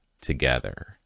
together